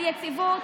על יציבות,